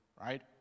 right